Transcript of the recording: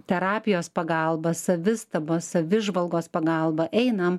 terapijos pagalba savistabos savi žvalgos pagalba einame